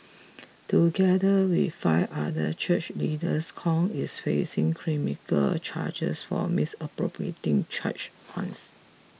together with five other church leaders Kong is facing criminal charge for misappropriating church funds